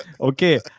Okay